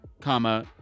comma